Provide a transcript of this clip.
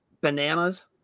bananas